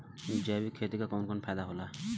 जैविक खेती क कवन कवन फायदा होला?